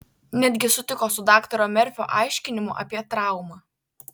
netgi sutiko su daktaro merfio aiškinimu apie traumą